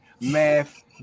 Math